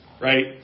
right